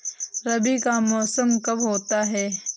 रबी का मौसम कब होता हैं?